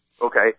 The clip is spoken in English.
okay